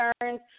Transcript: concerns